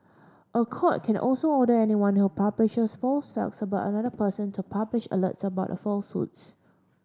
a court can also order anyone who publishes false facts about another person to publish alerts about the falsehoods